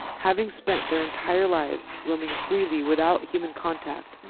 having spent their entire lives roaming freely without human contact,